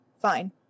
Fine